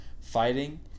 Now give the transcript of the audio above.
fighting